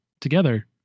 together